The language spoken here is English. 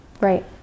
Right